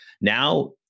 Now